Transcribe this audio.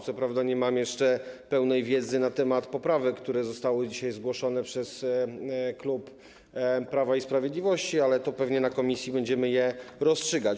Co prawda nie mam jeszcze pełnej wiedzy na temat poprawek, które zostały dzisiaj zgłoszone przez klub Prawa i Sprawiedliwości, ale pewnie na posiedzeniu komisji będziemy je rozstrzygać.